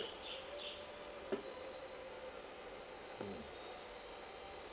mm